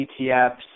ETFs